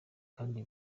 kandi